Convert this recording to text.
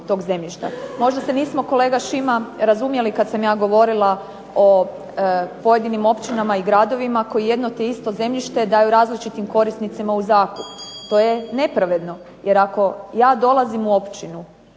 Možda se nismo kolega Šima razumjeli kad sam ja govorila o pojedinim općinama i gradovima koji jedno te isto zemljište daju različitim korisnicima u zakup. To je nepravedno. Jer ako ja dolazim u općinu